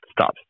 stop